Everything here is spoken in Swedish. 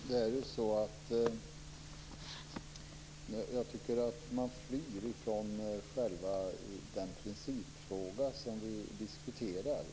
Herr talman! Jag tycker att man flyr från själva den principfråga som vi diskuterar.